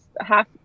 half